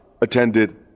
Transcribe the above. attended